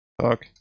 Fuck